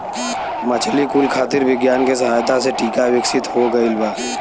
मछली कुल खातिर विज्ञान के सहायता से टीका विकसित हो गइल बा